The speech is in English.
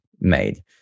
made